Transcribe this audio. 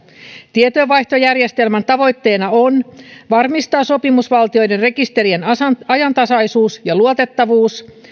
tietojenvaihtojärjestelmän tavoitteena on varmistaa sopimusvaltioiden rekisterien ajantasaisuus ja luotettavuus